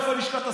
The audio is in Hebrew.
איפה לשכת הסעד?